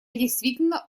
действительно